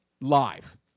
Live